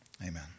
Amen